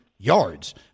yards